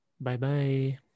Bye-bye